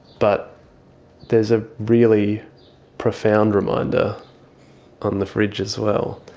but there's a really profound reminder on the fridge as well.